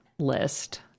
List